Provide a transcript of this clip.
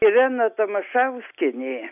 irena tamašauskienė